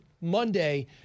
Monday